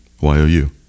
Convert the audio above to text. y-o-u